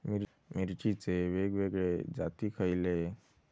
मिरचीचे वेगवेगळे जाती खयले?